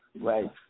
Right